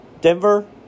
Denver